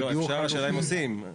השאלה אם עושים.